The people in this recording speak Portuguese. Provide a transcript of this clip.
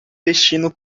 vestindo